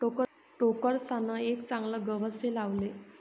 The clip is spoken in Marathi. टोकरसान एक चागलं गवत से लावले